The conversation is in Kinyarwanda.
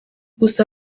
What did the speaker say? gusa